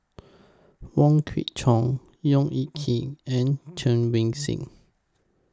Wong Kwei Cheong Yong Yee Kee and Chen Wen Hsi